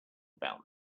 about